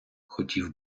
хотів